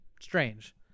strange